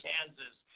Kansas